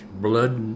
Blood